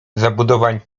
zabudowań